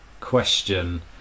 question